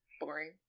boring